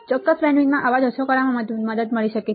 ચોક્કસ બેન્ડવિડ્થમાં અવાજ ઓછો કરવામાં મદદ મળી શકે છે